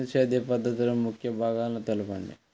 బిందు సేద్య పద్ధతిలో ముఖ్య భాగాలను తెలుపండి?